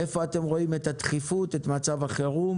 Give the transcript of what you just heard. איפה אתם רואים את הדחיפות, את מצב החירום.